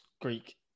Greek